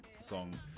song